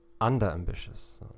under-ambitious